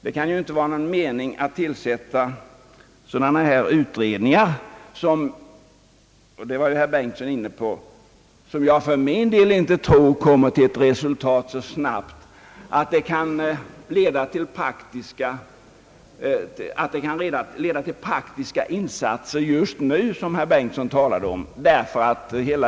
Det kan inte vara någon mening med att tillsätta sådana utredningar som inte kommer till resultat så snabbt att de kan leda till de praktiska insatser just nu som herr Bengtson talade om.